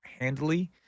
handily